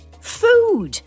food